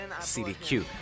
CDQ